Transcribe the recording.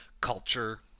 culture